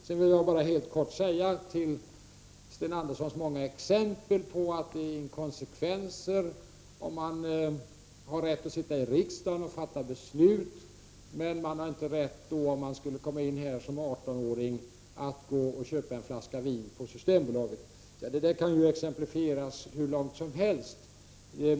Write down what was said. Med anledning av Sten Anderssons många exempel på inkonsekvenser, att man har rätt att sitta i riksdagen och fatta beslut om man skulle komma in här som 18-åring, men att man inte har rätt att gå och köpa en flaska vin 19 på Systembolaget, vill jag bara helt kort säga att detta kan exemplifieras hur långt som helst.